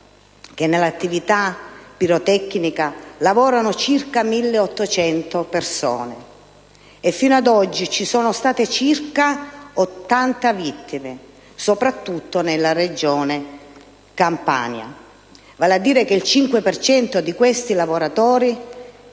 che nell'attività pirotecnica lavorano circa 1.800 persone e fino ad oggi ci sono state circa 80 vittime, soprattutto nella Regione Campania: vale a dire, che il 5 per cento di questi lavoratori